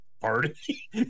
party